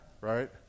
right